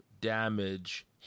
Damage